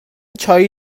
چایی